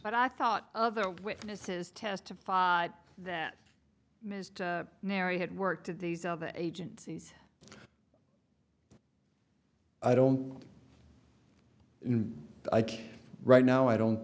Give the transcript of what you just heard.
but i thought other witnesses testified that ms mary had worked at these of the agencies i don't know right now i don't